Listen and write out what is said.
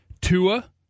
Tua